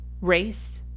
race